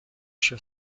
she